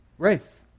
Race